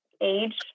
age